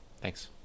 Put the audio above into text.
Thanks